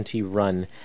run